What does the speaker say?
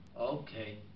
Okay